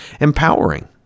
empowering